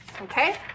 okay